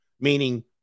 Meaning